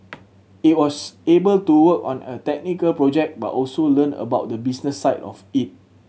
it was able to work on a technical project but also learn about the business side of it